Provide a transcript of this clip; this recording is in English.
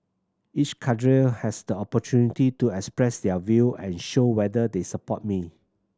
each cadre has the opportunity to express their view and show whether they support me